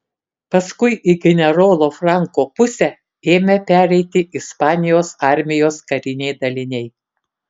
paskui į generolo franko pusę ėmė pereiti ispanijos armijos kariniai daliniai